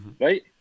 Right